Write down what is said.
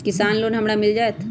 किसान लोन हमरा मिल जायत?